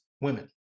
women